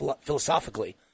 philosophically